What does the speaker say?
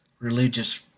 Religious